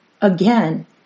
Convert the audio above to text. Again